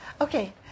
Okay